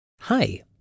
Hi